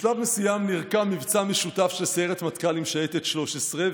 בשלב מסוים נרקם מבצע משותף של סיירת מטכ"ל עם שייטת 13,